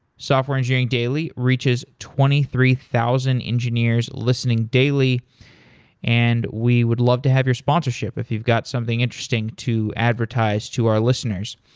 software engineering daily reaches twenty three thousand engineers listening daily and we would love to have your sponsorship if you've got something interesting to advertise advertise to our listeners.